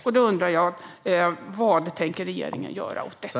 Jag undrar vad regeringen tänker göra åt detta.